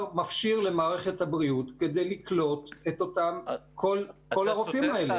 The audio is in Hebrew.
מפשיר למערכת הבריאות כדי לקלוט את כל הרופאים האלה,